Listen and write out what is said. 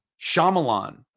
Shyamalan